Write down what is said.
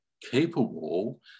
capable